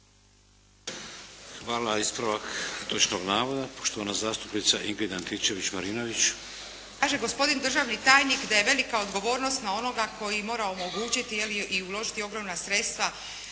Hvala. Ispravak netočnog navoda. Poštovana zastupnica Ingrid Antičević-Marinović. **Antičević Marinović, Ingrid (SDP)** Kaže gospodin državni tajnik da je velika odgovornost na onoga koji mora omogućiti je li, i uložiti ogromna sredstva